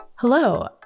Hello